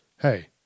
Hey